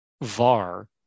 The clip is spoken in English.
Var